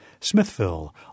Smithville